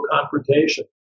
confrontation